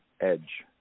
edge